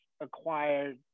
acquired